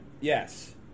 Yes